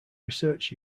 research